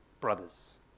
Brothers